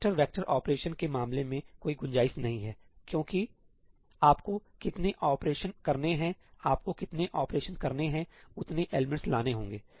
vector vector operation के मामले में कोई गुंजाइश नहीं हैक्योंकि आपको कितने ऑपरेशन करने हैंआपको जितने ऑपरेशन करने हैं उतने लाने होंगे